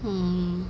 um